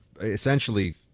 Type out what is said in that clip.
essentially